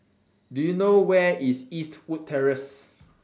Do YOU know Where IS Eastwood Terrace